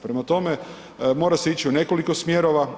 Prema tome, mora se ići u nekoliko smjerova.